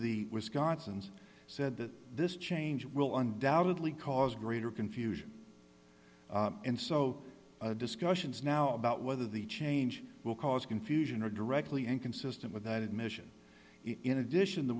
the wisconsin's said that this change will undoubtedly cause greater confusion and so discussions now about whether the change will cause confusion or directly inconsistent with that admission in addition t